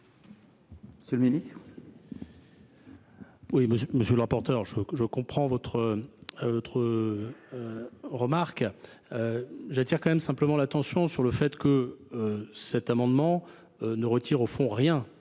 monsieur le ministre,